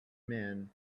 men